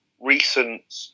recent